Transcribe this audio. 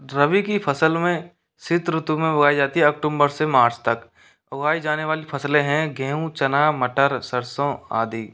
रबी की फ़सल में शीत ऋतु में उगाई जाती है अक्टूबर से मार्च तक उगाई जाने वाली फ़सलें हैं गेहूं चना मटर सरसों आदि